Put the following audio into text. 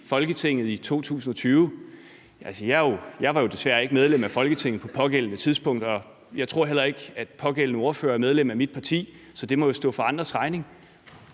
Folketinget i 2020, må jeg sige, at jeg jo desværre ikke var medlem af Folketinget på det pågældende tidspunkt, og jeg tror heller ikke, at den pågældende ordfører er medlem af mit parti. Så det må jo stå for andres regning.